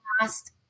last